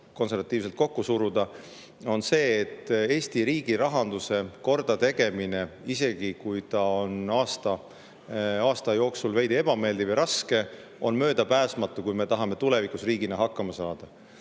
konservatiivselt kokku suruda, on see, et Eesti riigi rahanduse kordategemine, isegi kui ta on aasta jooksul veidi ebameeldiv ja raske, on möödapääsmatu, kui me tahame tulevikus riigina hakkama saada.